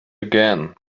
again